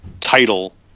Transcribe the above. title